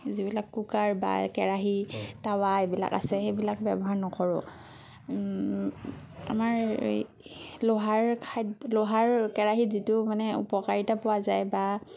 যিবিলাক কুকাৰ বা কেৰাহি টাৱা এইবিলাক আছে সেইবিলাক ব্যৱহাৰ নকৰোঁ আমাৰ লোহাৰ খাদ্য লোহাৰ কেৰাহিত যিটো মানে উপকাৰিতা পোৱা যায় বা